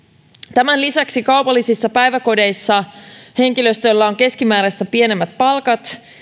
tämän lisäksi kaupallisissa päiväkodeissa henkilöstöllä on keskimääräistä pienemmät palkat